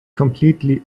completely